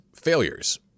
failures